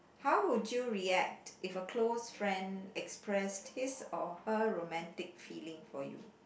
how would you react if a close friend expressed his or her romantic feeling for you